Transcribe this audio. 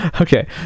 okay